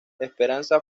esperanza